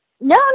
No